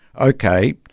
okay